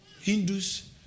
Hindus